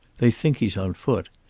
they think he's on foot.